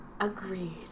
Agreed